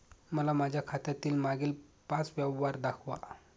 मला माझ्या खात्यातील मागील पांच व्यवहार दाखवा